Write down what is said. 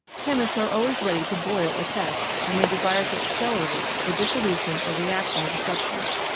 chemists are always ready to boil a test when they desire to accelerate the dissolution or reaction of a substance.